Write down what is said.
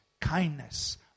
kindness